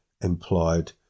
implied